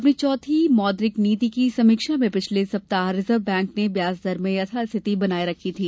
अपनी चौथी मौद्रिक नीति की समीक्षा में पिछले सप्ताह रिजर्व बैंक ने ब्याज दर में यथास्थिति बनाये रखी थी